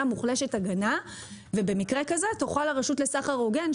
מוחלשת הגנה ובמקרה כזה תוכל הרשות לסחר הוגן,